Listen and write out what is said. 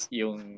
yung